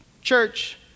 church